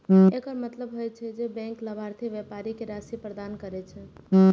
एकर मतलब होइ छै, जे बैंक लाभार्थी व्यापारी कें राशि प्रदान करै छै